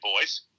boys